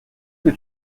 que